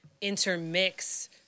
intermix